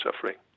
suffering